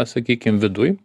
sakykim viduj